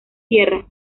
tierra